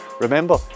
Remember